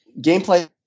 Gameplay